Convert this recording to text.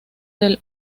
del